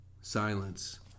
Silence